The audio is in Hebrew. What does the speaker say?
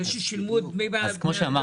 של אלה ששילמו את דמי הביטוח הלאומי.